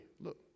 look